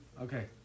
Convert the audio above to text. Okay